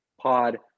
Pod